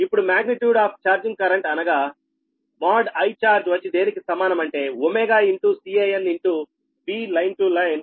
ఇప్పుడు magnitude of charging current అనగా |Ichrg| వచ్చి దేనికి సమానం అంటే ω Can VLine to Line